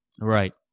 right